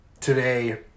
today